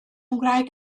ngwraig